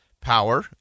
Power